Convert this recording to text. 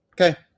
Okay